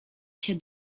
się